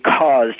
caused